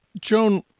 Joan